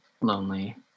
lonely